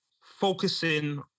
focusing